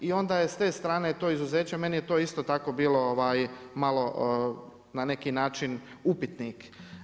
I onda je s te strane to izuzeće, meni je to isto tako bilo malo na neki način upitnik.